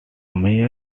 mayor